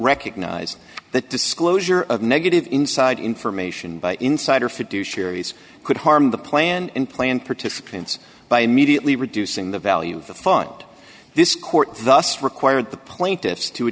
recognized that disclosure of negative inside information by insider fiduciaries could harm the plan and plan participants by immediately reducing the value of the fund this court thus required the plaintiffs to